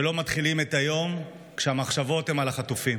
שלא מתחילים את היום כשהמחשבות הן על החטופים.